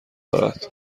دارد